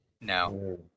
no